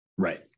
Right